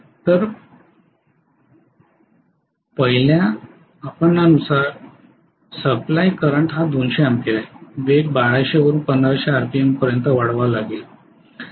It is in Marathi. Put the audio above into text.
तर पहिल्या अबडक्शन नुसार सप्लाय करंट हा 200 अँपिअर आहे वेग 1200 वरून 1500 आरपीएम पर्यंत वाढवावा लागेल